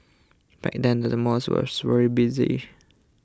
back then the malls was very busy